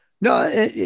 No